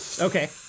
Okay